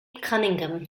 cunningham